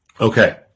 Okay